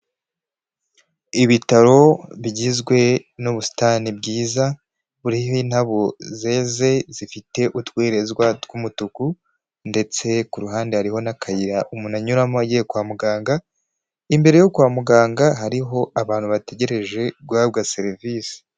Ibitaro bigizwe n'ubusitani bwiza buriho indabo zeze zifite utwererezwa tw'umutuku ndetse ku ruhande hariho n'akayira umuntu anyuramo agiye kwa muganga imbere yo kwa muganga hariho abantu bategereje guhabwa serivisi.